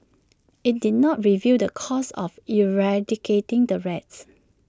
IT did not reveal the cost of eradicating the rats